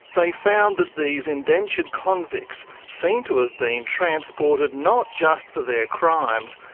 they found that these indentured convicts seemed to have been transported not just for their crimes,